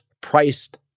priced